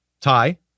tie